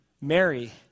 Mary